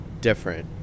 different